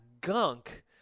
gunk